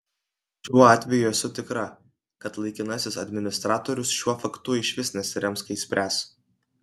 šiuo atveju esu tikra kad laikinasis administratorius šiuo faktu išvis nesirems kai spręs